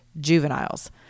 juveniles